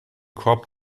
korb